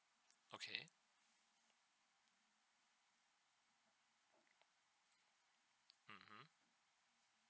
okay mm mm